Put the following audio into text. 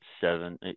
seven